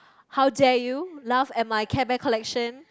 how dare you laugh at my Care Bear collection